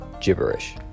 Gibberish